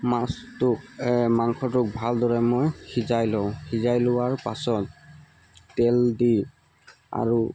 মাছটো মাংসটো ভালদৰে মই সিজাই লওঁ সিজাই লোৱাৰ পাছত তেল দি আৰু